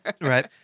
Right